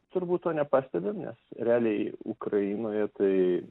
turbūt to nepastebim nes realiai ukrainoje tai